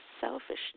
selfishness